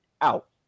out